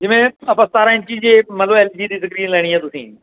ਜਿਵੇਂ ਆਪਾਂ ਸਤਾਰਾਂ ਇੰਚੀ ਜੇ ਮਤਲਬ ਐਲ ਜੀ ਦੀ ਸਕਰੀਨ ਲੈਣੀ ਹੈ ਤੁਸੀਂ